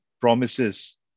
promises